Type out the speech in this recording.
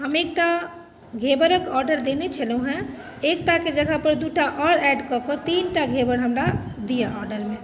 हम एकटा घेबरके ऑडर देने छलहुँ हँ एकटाके जगहपर दू टा आओर ऐड कऽ कऽ तीन टा घेबर हमरा दिअ ऑडरमे